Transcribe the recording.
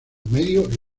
medio